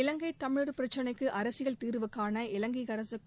இலங்கைத் தமிழர் பிரச்னைக்கு அரசியல் தீர்வு காண இந்திய அரசுக்கும்